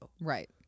right